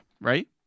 right